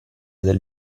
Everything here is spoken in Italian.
del